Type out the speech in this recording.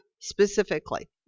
specifically